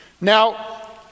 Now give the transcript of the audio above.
Now